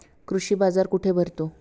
कृषी बाजार कुठे भरतो?